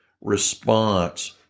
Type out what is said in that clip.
response